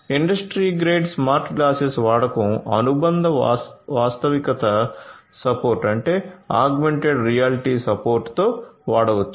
industry grade smart glasses వాడకం అనుబంధ వాస్తవికత సపోర్ట్ తో వాడవచ్చు